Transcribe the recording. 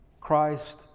Christ